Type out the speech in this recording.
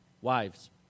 Wives